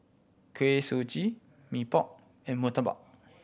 Kuih Suji Mee Pok and murtabak